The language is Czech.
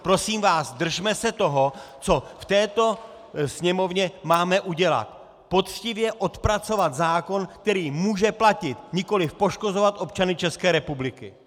Prosím vás, držme se toho, co v této Sněmovně máme udělat poctivě odpracovat zákon, který může platit, nikoliv poškozovat občany České republiky!